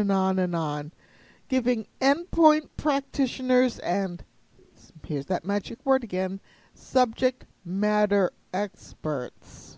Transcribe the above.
and on and on giving em point practitioners and peers that magic word again subject matter experts